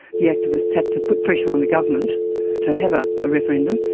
the activists had to put pressure on the government to have a ah referendum.